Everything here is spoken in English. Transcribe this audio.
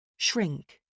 Shrink